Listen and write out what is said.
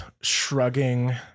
shrugging